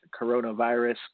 coronavirus